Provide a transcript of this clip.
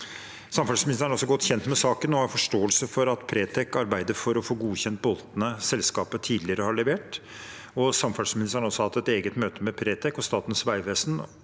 Samferdselsministeren er også godt kjent med saken og har forståelse for at Pretec arbeider for å få godkjent boltene selskapet tidligere har levert. Samferdselsministeren har også hatt et eget møte med Pretec og Statens vegvesen